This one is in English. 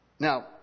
Now